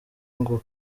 ngo